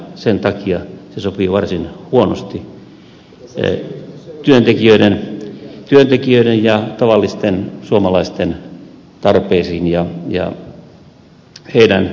sen takia se sopii varsin huonosti työntekijöiden ja tavallisten suomalaisten tarpeisiin ja heidän etuihinsa